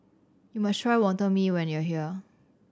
must try Wonton Mee when you are here